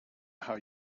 how